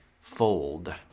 fold